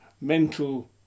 mental